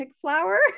flower